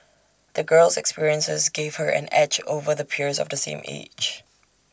the girl's experiences gave her an edge over the peers of the same age